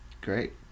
Great